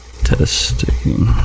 testing